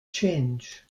change